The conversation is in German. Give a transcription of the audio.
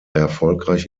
erfolgreich